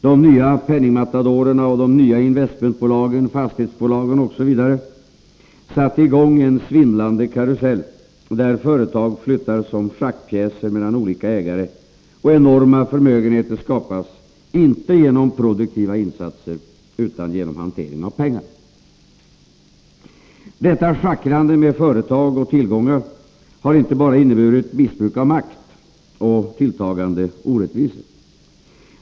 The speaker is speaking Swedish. De nya penningmatadorerna och de nya investmentbolagen, fastighetsbolagen osv. satte i gång en svindlande karusell, där företag flyttas som schackpjäser mellan olika ägare och enorma förmögenheter skapas inte genom produktiva insatser utan genom hantering av pengar. Detta schackrande med företag och tillgångar har inte bara inneburit maktmissbruk och tilltagande orättvisor.